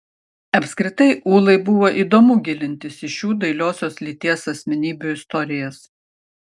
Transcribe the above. apskritai ūlai buvo įdomu gilintis į šių dailiosios lyties asmenybių istorijas